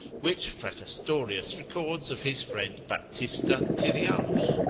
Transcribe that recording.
which fracastorius records of his friend baptista tirrianus.